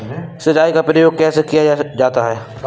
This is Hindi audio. सिंचाई का प्रयोग कैसे किया जाता है?